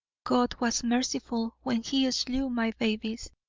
god was merciful when he slew my babes,